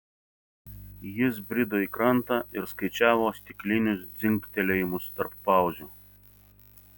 jis brido į krantą ir skaičiavo stiklinius dzingtelėjimus tarp pauzių